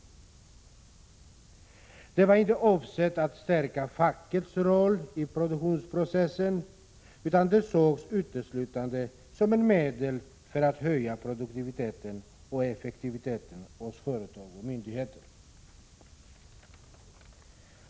Den var inte avsedd att stärka fackets roll i produktionsprocessen, utan den sågs uteslutande som ett medel för att höja produktiviteten och effektiviteten hos företag och myndigheter.